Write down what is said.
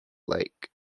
lake